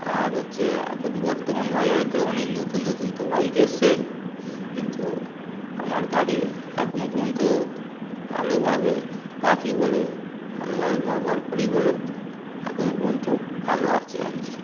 আর হচ্ছে এখন বর্তমান বাজারেতে অনেক নতুন নতুন তো বাইক এসছে কিন্তু আমার গাড়ি এখনও পর্যন্ত ভালোভাবে রাখি বলে ভালোভাবে ব্যবহার করি বলে এখনও পর্যন্ত ভালো আছে আর কি